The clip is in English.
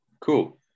Cool